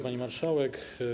Pani Marszałek!